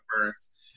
first